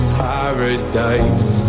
paradise